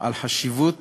על החשיבות